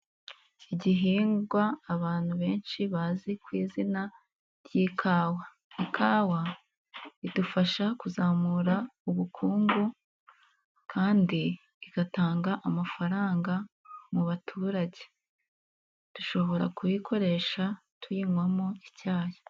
Igihingwa abantu benshi bazi ku izina ry'ikawa, ikawa idufasha kuzamura ubukungu kandi igatanga amafaranga mu baturage, dushobora kuyikoresha tuyinywamo icyayi.